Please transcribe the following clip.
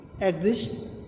exists